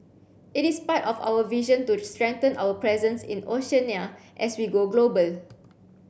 it is part of our vision to strengthen our presence in Oceania as we go global